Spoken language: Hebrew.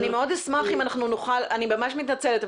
אני ממש מתנצלת,